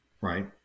right